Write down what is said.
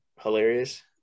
hilarious